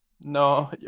no